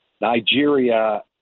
Nigeria